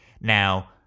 Now